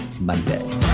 Monday